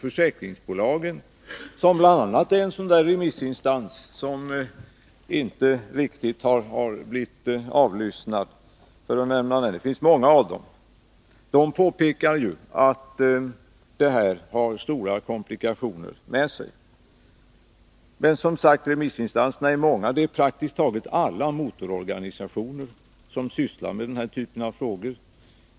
Försäkringsbolagen — som är en sådan där remissinstans som inte riktigt har blivit avlyssnad, för att nämna en av många — påpekar ju att det här förslaget för stora komplikationer med sig. Som sagt är remissinstanserna många. Det är praktiskt taget alla motororganisationer som sysslar med den här typen av frågor.